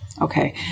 Okay